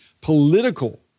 political